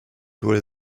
were